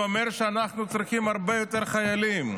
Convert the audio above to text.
זה אומר שאנחנו צריכים הרבה יותר חיילים.